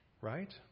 right